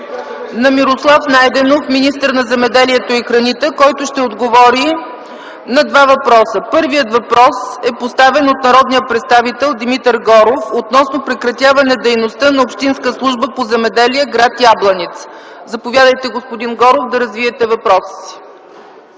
на Мирослав Найденов – министър на земеделието и храните, който ще отговори на два въпроса. Първият въпрос е поставен от народния представител Димитър Горов относно прекратяване дейността на Общинска служба по земеделие – гр. Ябланица. Заповядайте, господин Горов, да развиете въпроса.